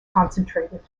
concentrated